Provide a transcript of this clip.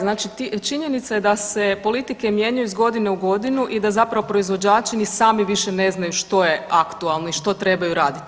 Znači činjenica je da se politike mijenjaju iz godine u godinu i da zapravo proizvođači ni sami više ne znaju što je aktualno i što trebaju raditi.